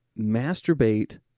masturbate